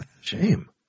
Shame